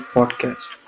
Podcast